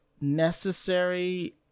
necessary